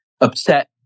upset